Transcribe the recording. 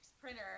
printer